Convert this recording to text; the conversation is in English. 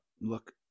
look